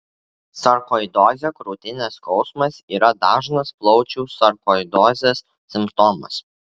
sarkoidozė krūtinės skausmas yra dažnas plaučių sarkoidozės simptomas